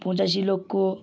পঁচাশি লক্ষ